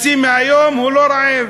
חצי מהיום הוא לא רעב.